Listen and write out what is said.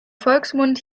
volksmund